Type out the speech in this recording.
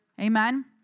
Amen